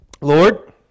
Lord